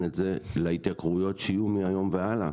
את זה להתייקרויות שיהיו מהיום והלאה.